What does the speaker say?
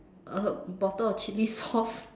uh bottle of chili sauce